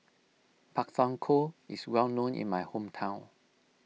Pak Thong Ko is well known in my hometown